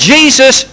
Jesus